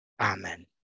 Amen